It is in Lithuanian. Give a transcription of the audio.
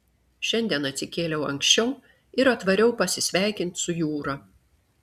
šiandien atsikėliau anksčiau ir atvariau pasisveikint su jūra